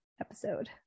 episode